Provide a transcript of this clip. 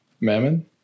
Mammon